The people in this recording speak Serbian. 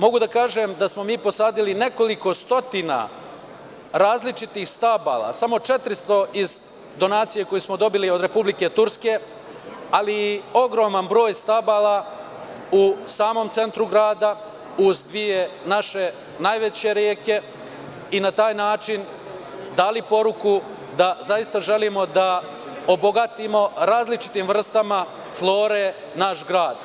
Mogu da kažem da smo mi posadili nekoliko stotina različitih stabala, samo 400 iz donacije koju smo dobili od Republike Turske, ali i ogroman broj stabala u samom centru grada, uz dve naše najveće reke i na taj način dali poruku da zaista želimo da obogatimo različitim vrstama flore naš grad.